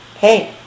Hey